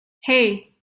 hey